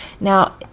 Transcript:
Now